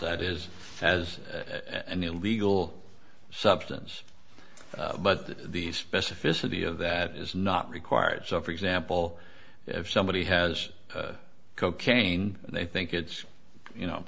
that is has an illegal substance but the specificity of that is not required so for example if somebody has cocaine and they think it's you know